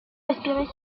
respirer